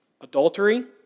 Adultery